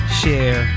share